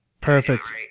perfect